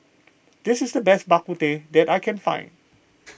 this is the best Bak Kut Teh that I can find